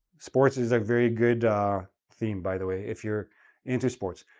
sports is a very good theme, by the way, if you're into sports.